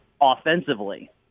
offensively